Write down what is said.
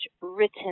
written